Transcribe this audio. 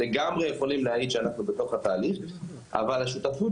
לגמרי יכולים להעיד שאנחנו בתוך התהליך אבל השותפות